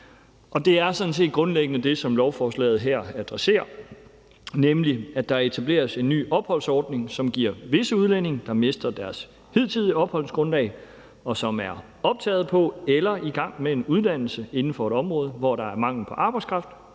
Og det er sådan set grundlæggende det, som lovforslaget her adresserer, nemlig at der etableres en ny opholdsordning, som giver visse udlændinge, der mister deres hidtidige opholdsgrundlag, og som er optaget på eller i gang med en uddannelse inden for et område, hvor der er mangel på arbejdskraft,